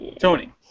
Tony